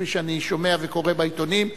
כפי שאני שומע וקורא בעיתונים,